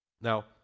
Now